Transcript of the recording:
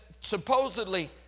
supposedly